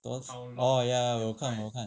多长 oh ya 我有看我有看